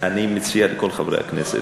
אני מציע לכל חברי הכנסת,